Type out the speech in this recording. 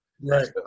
Right